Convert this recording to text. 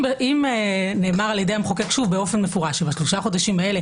אם נאמר על ידי המחוקק שוב באופן מפורש שבשלושה החודשים האלה